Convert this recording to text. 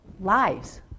lives